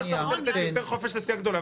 אמרת שאתה רוצה לתת יותר חופש לסיעה גדולה,